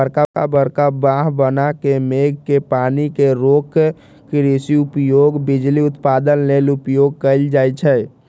बरका बरका बांह बना के मेघ के पानी के रोक कृषि उपयोग, बिजली उत्पादन लेल उपयोग कएल जाइ छइ